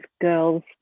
girls